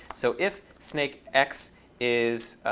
so if snakex is